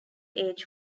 age